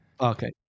Okay